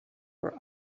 for